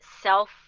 self